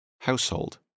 household